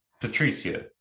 Patricia